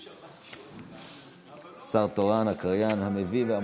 שר תורן, הקריין, המביא והמוציא.